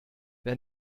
wer